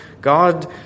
God